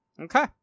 okay